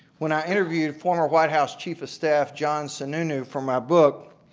when i interviewed former white house chief of staff john sununu for my book,